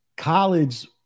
College